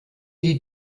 die